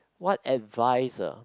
what advice ah